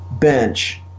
bench